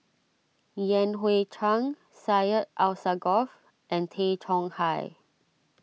Yan Hui Chang Syed Alsagoff and Tay Chong Hai